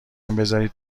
بزارید